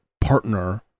partner